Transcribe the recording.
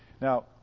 Now